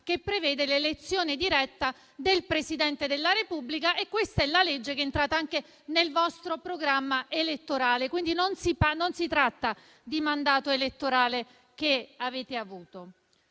che prevede l'elezione diretta del Presidente della Repubblica, e questo è il disegno di legge che è entrato anche nel vostro programma elettorale. Quindi non si tratta di un mandato elettorale che avete avuto.